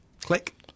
Click